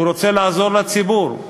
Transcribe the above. הוא רוצה לעזור לציבור,